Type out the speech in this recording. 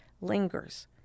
lingers